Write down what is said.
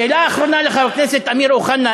שאלה אחרונה, לחבר הכנסת אמיר אוחנה.